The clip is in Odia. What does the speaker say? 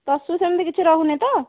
ତସୁ ସେମିତି କିଛି ରହୁନି ତ